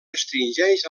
restringeix